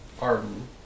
Arden